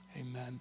Amen